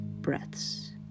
breaths